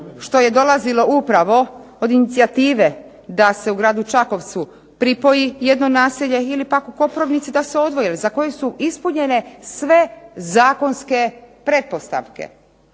što je dolazilo upravo od inicijative da se u gradu Čakovcu pripoji jedno naselje ili pak u Koprivnici da se odvoji za koje su ispunjene sve zakonske pretpostavke.